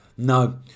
no